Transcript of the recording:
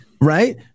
Right